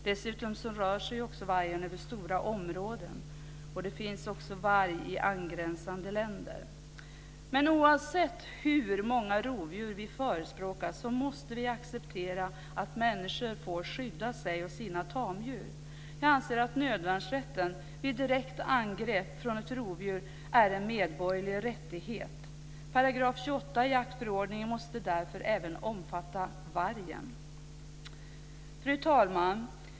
Dessutom rör sig vargen över stora områden, och det finns varg i angränsande länder. Oavsett hur många rovdjur vi förespråkar måste vi acceptera att människor får skydda sig och sina tamdjur. Jag anser att nödvärnsrätten vid direkt angrepp från ett rovdjur är en medborgerlig rättighet. 28 § i jaktförordningen måste därför även omfatta vargen. Fru talman!